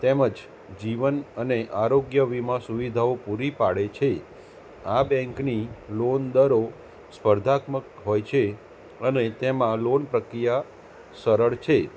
તેમજ જીવન અને આરોગ્ય વીમા સુવિધાઓ પૂરી પાડે છે આ બેન્કની લોન દરો સ્પર્ધાત્મક હોય છે અને તેમાં લોન પ્રક્રિયા સરળ છે